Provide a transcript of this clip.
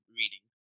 reading